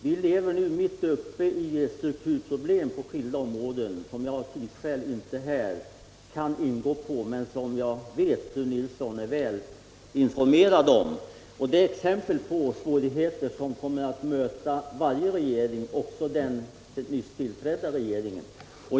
Vi lever mitt uppe i strukturproblem på skilda områden, som jag av tidsskäl inte kan gå in på men som jag vet att fru Nilsson är väl informerad om. De är exempel på svårigheter som kommer att möta varje regering, också den nyss tillträdda.